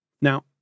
Now